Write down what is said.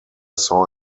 saw